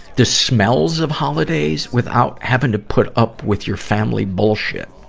the smells of holidays, without having to put up with your family bullshit.